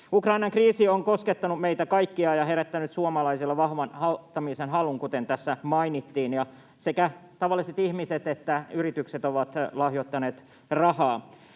Ukrainan kriisi on koskettanut meitä kaikkia ja herättänyt suomalaisilla vahvan auttamisen halun, kuten tässä mainittiin. Sekä tavalliset ihmiset että yritykset ovat lahjoittaneet rahaa.